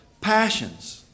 passions